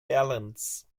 balance